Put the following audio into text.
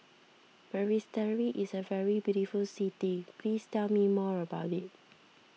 Basseterre is a very beautiful city please tell me more about it